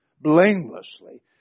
blamelessly